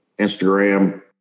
Instagram